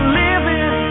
living